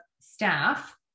staff